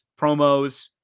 promos